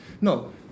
no